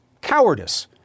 cowardice